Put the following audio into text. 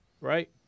right